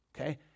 okay